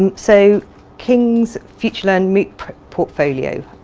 and so king's futurelearn mooc portfolio.